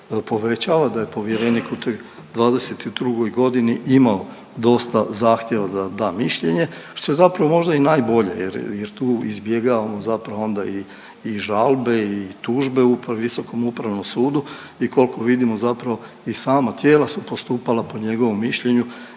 povećava, da je povjerenik u toj '22. g. imao dosta zahtjeva da da mišljenje, što je zapravo možda i najbolje jer tu izbjegavamo zapravo onda i žalbe i tužbe Visokom upravnom sudu i koliko vidimo, zapravo i sama tijela su postupala po njegovom mišljenju